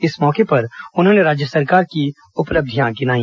इस मौके पर उन्होंने राज्य सरकार की उपलब्धियां गिनाई